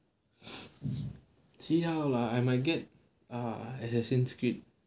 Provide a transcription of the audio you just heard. see how lah I might get a assassin creed